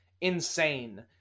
insane